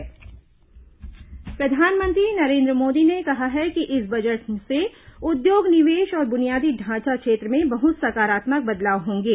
budget प्रतिक्रिया प्रधानमंत्री प्रधानमंत्री नरेन्द्र मोदी ने कहा है कि इस बजट से उद्योग निवेश और बुनियादी ढांचा क्षेत्र में बहुत सकारात्मक बदलाव होंगे